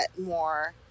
more